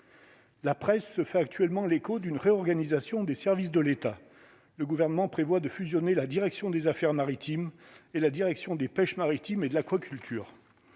La presse se fait actuellement l'écho d'une réorganisation des services de l'État, le gouvernement prévoit de fusionner la direction des affaires maritimes et la direction des pêches maritimes et de l'aquaculture